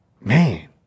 Man